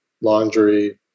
laundry